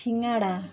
শিঙাড়া